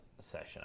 Session